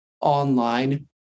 online